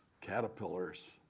caterpillars